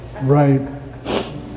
Right